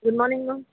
good morning ma'am